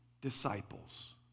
disciples